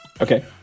Okay